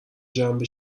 جمع